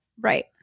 Right